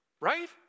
right